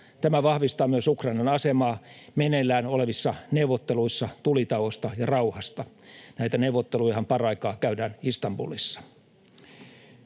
Tämä vahvistaa myös Ukrainan asemaa meneillään olevissa neuvotteluissa tulitauosta ja rauhasta. Näitä neuvottelujahan paraikaa käydään Istanbulissa.